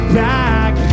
back